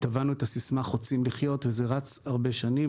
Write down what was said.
טבענו את הסיסמה חוצים לחיות, וזה רץ הרבה שנים.